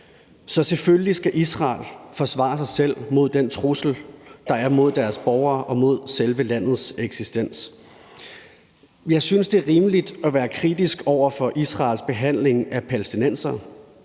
Så selvfølgelig skal Israel forsvare sig selv mod den trussel, der er, mod deres borgere og mod selve landets eksistens. Jeg synes, det er rimeligt at være kritisk over for Israels behandling af palæstinensere,